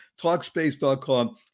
Talkspace.com